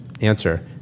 Answer